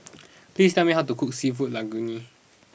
please tell me how to cook Seafood Linguine